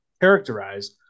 characterize